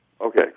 Okay